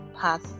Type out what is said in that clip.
pass